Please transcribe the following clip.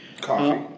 Coffee